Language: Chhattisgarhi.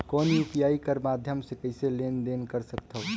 कौन यू.पी.आई कर माध्यम से कइसे लेन देन कर सकथव?